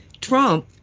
Trump